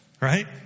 right